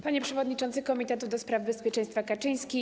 Panie Przewodniczący Komitetu do spraw Bezpieczeństwa Kaczyński!